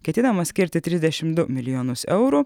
ketinama skirti trisdešimt du milijonus eurų